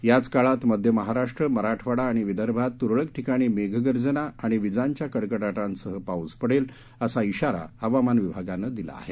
याच काळात मध्य महाराष्ट्र मराठवाडा आणि विदर्भात तुरळक ठिकाणी मेघगर्जना आणि विजांच्या कडकडाटासह पाऊस पडेल असा शिवारा हवामान विभागानं दिला आहे